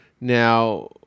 Now